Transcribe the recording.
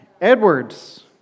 Edward's